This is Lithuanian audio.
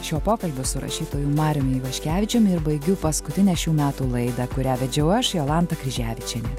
šiuo pokalbiu su rašytoju mariumi ivaškevičiumi ir baigiu paskutinę šių metų laidą kurią vedžiau aš jolanta kryževičienė